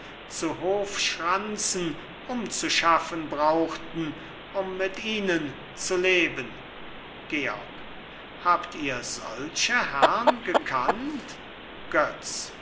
zu hofschranzen umzuschaffen brauchten um mit ihnen zu leben georg habt ihr solche herrn gekannt götz